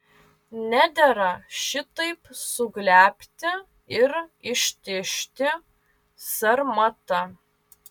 nedera šitaip suglebti ir ištižti sarmata